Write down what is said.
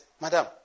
madam